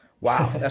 wow